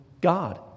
God